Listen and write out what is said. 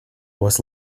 was